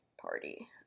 party